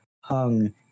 Hung